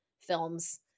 films